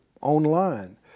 online